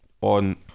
on